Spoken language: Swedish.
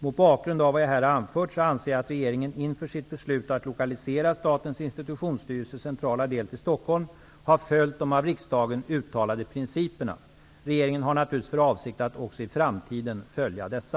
Mot bakgrund av vad jag här framfört anser jag att regeringen inför sitt beslut att lokalisera Statens institutionsstyrelses centrala del till Stockholm har följt de av riksdagen uttalade principerna. Regeringen har naturligtvis för avsikt att även i framtiden följa dessa.